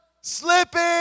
Slipping